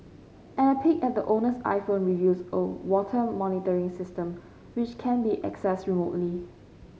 and a peek at the owner's iPhone reveals a water monitoring system which can be accessed remotely